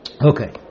Okay